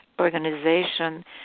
organization